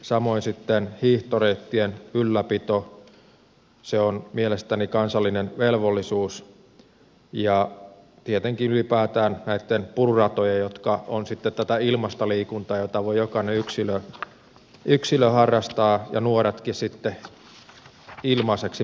samoin sitten hiihtoreittien ylläpito on mielestäni kansallinen velvollisuus ja tietenkin ylipäätään näitten pururatojen jotka ovat sitten tätä ilmaista liikuntaa jota voi jokainen yksilö harrastaa ja nuoretkin sitten ilmaiseksi periaatteessa